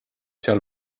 seal